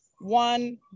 one